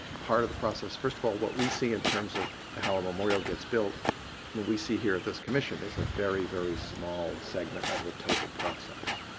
part of the process. first of all, what we see in terms of how a memorial gets built what we see here at this commission is a very, very small segment of the total process.